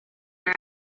are